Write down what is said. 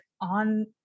on